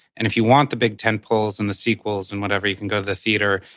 and if you want the big tent poles and the sequels and whatever, you can go to the theater.